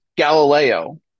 Galileo